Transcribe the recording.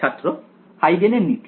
ছাত্র হাইগেনের নীতি